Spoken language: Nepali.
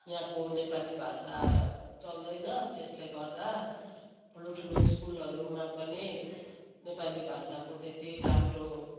यहाँको नेपाली भाषा चल्दैन त्यसले गर्दा ठुलो ठुलो स्कुलहरूमा पनि नेपाली भाषाको त्यति राम्रो